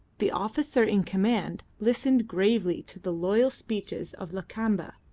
the officer in command listened gravely to the loyal speeches of lakamba,